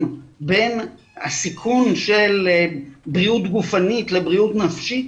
בין הסיכון של בריאות גופנית לבריאות נפשית,